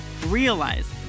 realize